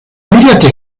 mirate